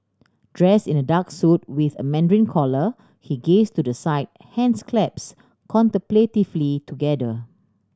dress in a dark suit with a mandarin collar he gaze to the side hands claps contemplatively together